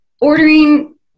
ordering